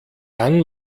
dann